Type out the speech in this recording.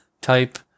type